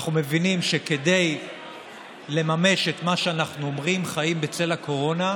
אנחנו מבינים שכדי לממש את מה שאנחנו מגדירים "חיים בצל הקורונה",